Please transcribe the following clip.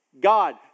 God